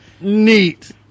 Neat